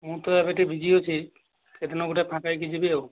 ମୁଁ ତ ଏବେ ଟିକିଏ ବିଜି ଅଛି ସେଦିନ ଗୋଟେ ଫାଙ୍କା ହେଇକି ଯିବି ଆଉ